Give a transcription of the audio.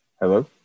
Hello